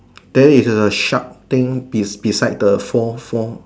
there is a sharp thing be beside the fourth floor